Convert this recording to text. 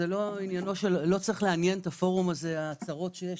לא צריך לעניין את הפורום הזה הצרות שיש